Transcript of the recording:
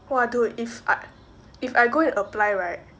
!wah! dude if I if I go and apply right